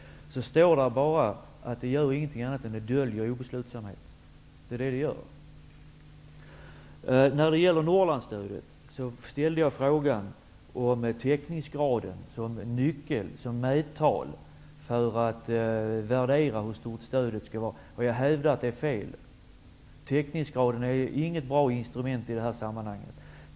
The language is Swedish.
Det är inte fråga om annat än att dölja obeslutsamhet. Vidare har vi frågan om Norrlandsstödet. Jag frågade om täckningsgraden. Det var fråga om en nyckel, ett mättal, för att värdera hur stort stödet skall vara. Jag hävdar att täckningsgraden inte är något bra instrument i sammanhanget.